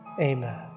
Amen